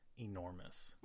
Enormous